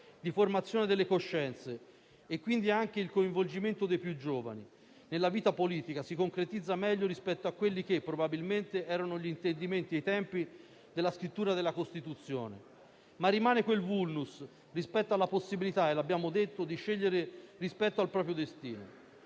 di formazione delle coscienze e quindi anche il coinvolgimento dei più giovani nella vita politica si concretizza meglio rispetto a quelli che probabilmente erano gli intendimenti ai tempi della scrittura della Costituzione. Rimane però un *vulnus* rispetto alla possibilità, come abbiamo detto, di scegliere rispetto al proprio destino.